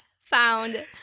found